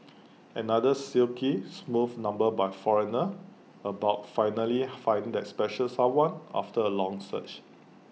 another silky smooth number by foreigner about finally finding that special someone after A long search